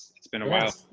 it's been a while,